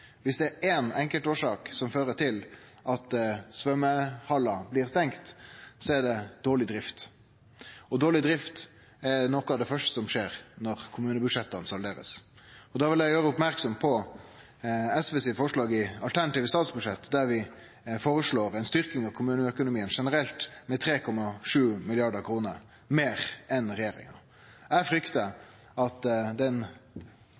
Viss det er ei enkeltårsak som fører til at svømmehallar blir stengde, er det dårleg drift – og dårleg drift er noko av det første som skjer når kommunebudsjetta blir salderte. Da vil eg gjere merksam på SV sitt forslag i vårt alternative statsbudsjett, der vi føreslår ei styrking av kommuneøkonomien generelt med 3,7 mrd. kr meir enn regjeringa. Eg fryktar at den